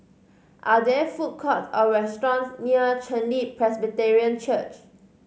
are there food courts or restaurants near Chen Li Presbyterian Church